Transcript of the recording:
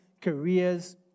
careers